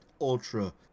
ultra